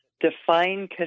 define